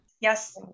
Yes